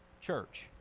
Church